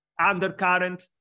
undercurrent